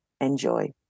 enjoy